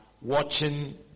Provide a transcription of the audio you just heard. watching